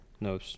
No